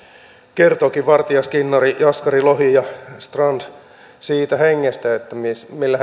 kertoikin vartia skinnari jaskari lohi ja strand siitä hengestä millä